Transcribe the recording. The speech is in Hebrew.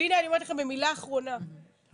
והנה אני אומרת לכם במילה אחרונה, באמת.